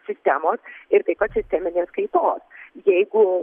sistemos ir taip pat sisteminės kaitos jeigu